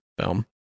film